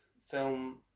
film